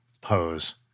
pose